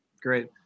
great